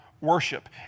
worship